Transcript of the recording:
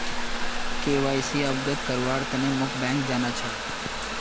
KYC अवगत करव्वार तने मोक बैंक जाना छ